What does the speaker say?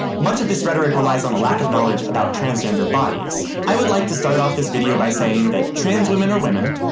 much of this rhetoric relies on a lack of knowledge about transgender bodies. i would like to start off this video by saying that trans women are women,